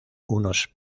unos